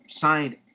signed